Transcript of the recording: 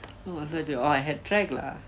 what was I doing orh I had track lah